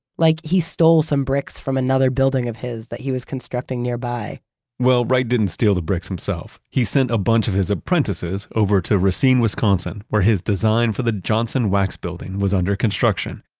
like he stole some bricks from another building of his, that he was constructing nearby well, wright didn't steal the bricks himself, he sent a bunch of his apprentices over to racine, wisconsin, where his design for the johnson wax building was under construction.